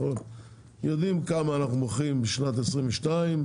יודעים כמה אנחנו מוכרים בשנת 2022,